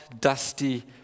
dusty